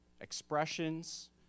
expressions